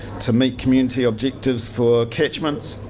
to meet community objectives for catchments.